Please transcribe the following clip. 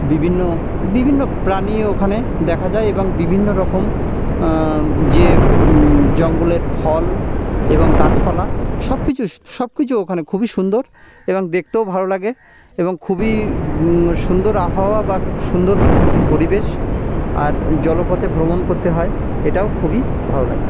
বিভিন্ন বিভিন্ন প্রাণী ওখানে দেখা যায় এবং বিভিন্ন রকম যে জঙ্গলের ফল এবং গাছপালা সব কিছু সব কিছু ওখানে খুবই সুন্দর এবং দেখতেও ভালো লাগে এবং খুবই সুন্দর আবহাওয়া বা সুন্দর পরিবেশ আর জলপথে ভ্রমণ করতে হয় এটাও খুবই ভালো লাগে